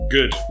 Good